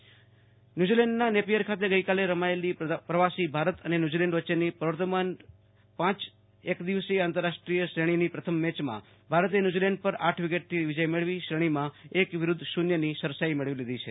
cricket ન્યુઝીલેન્ડના Napier ખાતે ગઈ કાલે રમાયેલ પ્રવાસી ભારત અને ન્યુઝીલેન્ડ વચ્ચેનીપ્રવર્તમાન પાંચ એક દિવસીય આંતર રાષ્ટ્રીય મેચ શ્રેણીની પ્રથમ મેચમાં ભારતે ન્યુઝીલેન્ડ પર આઠ વિકેટથી વિજય મેળવી શ્રીણીમાં એક વિરુદ્ધ શૂન્યની સરસાઈ મેળવી છે